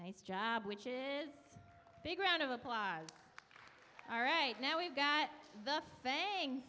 nice job which is a big round of applause all right now we've got the fan